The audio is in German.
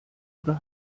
oder